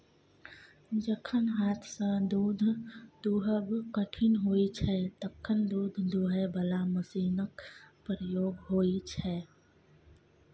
जखन हाथसँ दुध दुहब कठिन होइ छै तखन दुध दुहय बला मशीनक प्रयोग होइ छै